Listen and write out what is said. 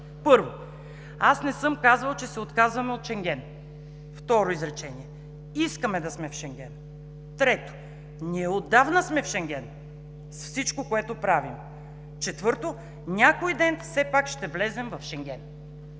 Първо: „Аз не съм казвал, че се отказваме от Шенген.“ Второ изречение: „Искаме да сме в Шенген.“ Трето: „Ние отдавна сме в Шенген с всичко, което правим.“ Четвърто: „Някой ден все пак ще влезем в Шенген.“